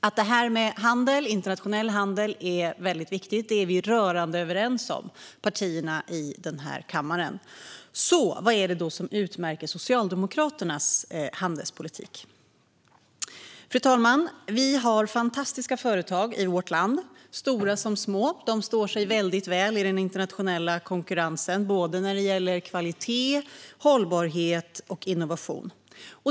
Att internationell handel är mycket viktig är partierna i denna kammare rörande överens om. Vad är det då som utmärker Socialdemokraternas handelspolitik? Fru talman! Vi har fantastiska företag i vårt land, stora som små. De står sig väldigt väl i den internationella konkurrensen när det gäller kvalitet, hållbarhet och innovation.